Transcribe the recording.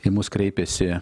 į mus kreipėsi